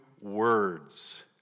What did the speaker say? words